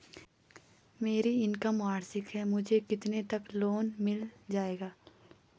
मेरी इनकम वार्षिक है मुझे कितने तक लोन मिल जाएगा?